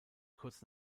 kurz